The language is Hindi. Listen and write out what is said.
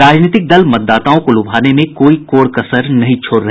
राजनीतिक दल मतदाताओं को लुभाने में कोई कोर कसर नहीं छोड़ रहे